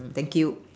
thank you